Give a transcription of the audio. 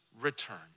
return